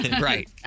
Right